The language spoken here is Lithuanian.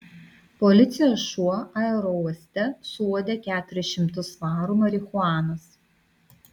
policijos šuo aerouoste suuodė keturis šimtus svarų marihuanos